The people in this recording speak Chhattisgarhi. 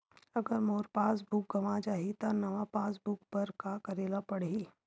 अगर मोर पास बुक गवां जाहि त नवा पास बुक बर का करे ल पड़हि?